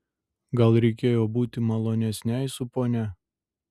gal reikėjo būti malonesnei su ponia